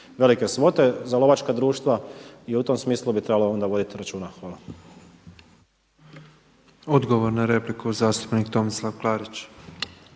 velike svote za lovačka društva i u tom smislu bi trebalo onda voditi računa. Hvala. **Petrov, Božo (MOST)** Odgovor na repliku zastupnik Tomislav Klarić.